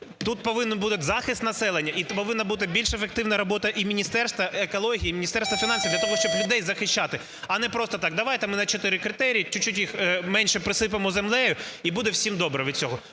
Тут повинен бути захист населення і повинна бути більш ефективна робота і Міністерства екології, і Міністерства фінансів для того, щоб людей захищати. А не просто так: давайте, ми на чотири критерії, чуть-чуть їх менше присиплемо землею, і буде всім добре від цього.